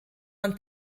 man